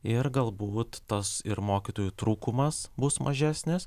ir galbūt tas ir mokytojų trūkumas bus mažesnis